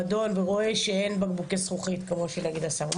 למועדון ורואה שאין בקבוקי זכוכית שאסרנו?